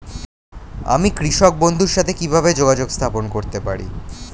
আমি কৃষক বন্ধুর সাথে কিভাবে যোগাযোগ স্থাপন করতে পারি?